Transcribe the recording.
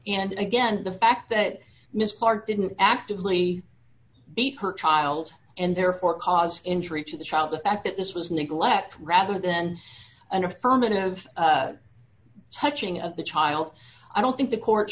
and again the fact that miss part didn't actively beat her child and therefore cause injury to the child the fact that this was neglect rather than an affirmative touching of the child i don't think the court